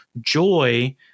joy